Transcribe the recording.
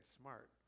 smart